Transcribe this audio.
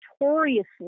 notoriously